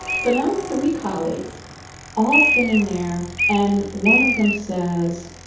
so now i have three colleagues all standing there. and one of them says,